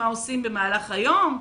מה עושים במהלך היום.